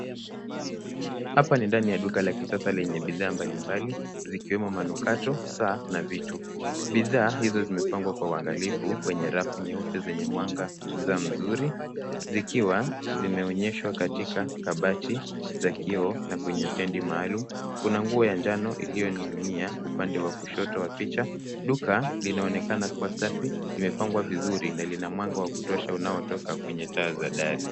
Hapa ni ndani ya duka la kisasa lenye bidhaa mbalimbali, zikiwemo manukato saa na vichwa. Bidhaa hizo zimepangwa kwa uangalifu kwenye rafu nyeupe, zenye mwangaza mzuri zikiwa zimeonyeshwa katika kabati za kioo, na kwenye stendi maalum. Kuna nguo ya njano iliyoning'inia upande wa kushoto wa picha. Duka linaonekana kuwa safi, limepangwa vizuri na lina mwanga wa kutosha unaotoka kwenye taa za dari.